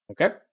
Okay